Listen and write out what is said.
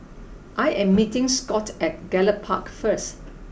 I am meeting Scot at Gallop Park first